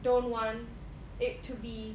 don't want it to be